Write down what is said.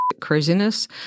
craziness